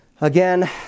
Again